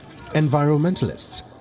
Environmentalists